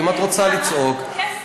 אם את רוצה לצעוק, אז, כסף.